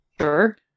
Sure